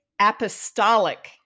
apostolic